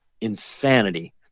insanity